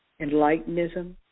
Enlightenism